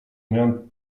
miałem